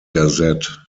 gazette